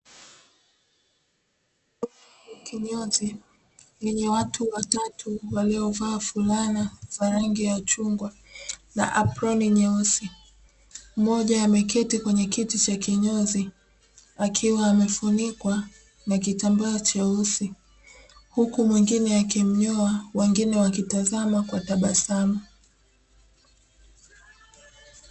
Kinyozi, yenye watu watatu waliovaa fulana za rangi ya chungwa na aproni nyeusi. Mmoja ameketi kwenye kiti cha kinyozi akiwa amefunikwa na kitambaa cheusi, huku mwingine akimnyoa; wengine wakitizama kwa tabasamu.